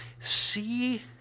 See